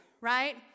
right